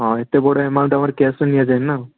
ହଁ ଏତେ ବଡ଼ ଆମାଉଣ୍ଟ୍ ଆମର କ୍ୟାସ୍ରେ ନିଆଯାଏନି ନା